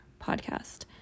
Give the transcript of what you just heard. podcast